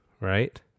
right